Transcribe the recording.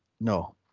no